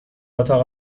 اتاق